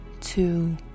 two